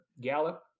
Gallup